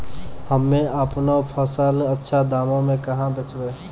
हम्मे आपनौ फसल अच्छा दामों मे कहाँ बेचबै?